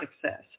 success